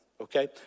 okay